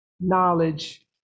knowledge